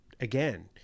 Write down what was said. again